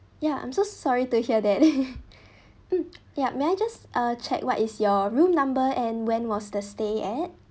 ya I'm so sorry to hear that mm yup may I know just uh check what is your room number and when was the stay at